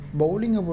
bowling